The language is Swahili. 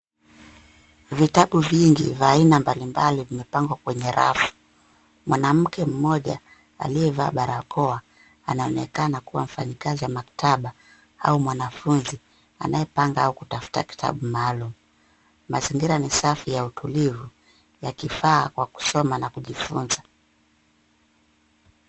Vitabu vingi vya aina mbalimbali vimepangwa kwenye rafu. Mwanamke mmoja aliyevaa barakoa anaonekana kuwa mfanyikazi wa maktaba au mwanafunzi anayepanga au kutafuta kitabu maalum. Mazingira ni safi ya utulivu yakifaa kwa kusoma na kujifunza.